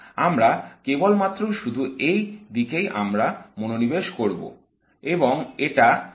আমরা কেবল মাত্র শুধু এই দিকেই আমরা মনোনিবেশ করব